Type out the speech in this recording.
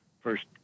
first